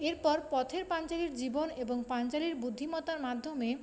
এরপর পথের পাঞ্চালীর জীবন এবং পাঞ্চালীর বুদ্ধিমত্তার মাধ্যমে